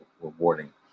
rewarding